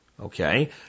Okay